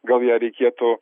gal ją reikėtų